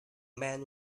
man